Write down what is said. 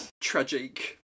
Tragic